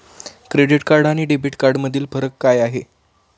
Credit card आणि debit कार्डमधील फरक काय आहे?